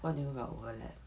what do you mean by overlap